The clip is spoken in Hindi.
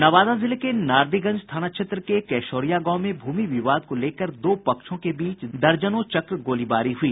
नवादा जिले के नारदीगंज थाना क्षेत्र के केशौरिया गांव में भूमि विवाद को लेकर दो पक्षों के बीच दर्जनों चक्र गोलीबारी हुई